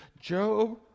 Job